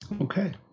okay